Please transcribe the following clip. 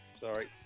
Sorry